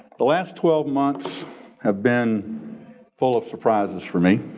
the last twelve months have been full of surprises for me.